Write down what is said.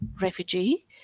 refugee